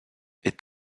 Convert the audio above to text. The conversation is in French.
est